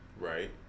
Right